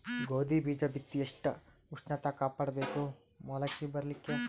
ಗೋಧಿ ಬೀಜ ಬಿತ್ತಿ ಎಷ್ಟ ಉಷ್ಣತ ಕಾಪಾಡ ಬೇಕು ಮೊಲಕಿ ಬರಲಿಕ್ಕೆ?